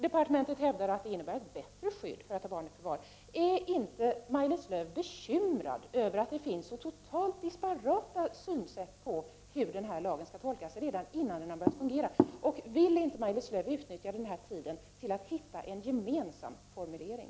Departementet hävdar att det innebär ett bättre skydd mot att ta barn i förvar. Är inte Maj-Lis Lööw bekymrad över att det finns så totalt disparata synsätt på hur denna lag skall tolkas redan innan den har börjat fungera? Vill inte Maj-Lis Lööw utnyttja denna tid till att hitta en gemensam formulering?